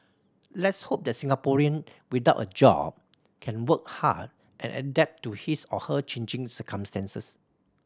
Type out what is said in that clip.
let's hope that Singaporean without a job can work hard and adapt to his or her changing circumstances